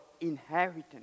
inheritance